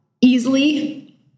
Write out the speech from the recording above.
easily